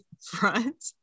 front